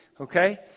Okay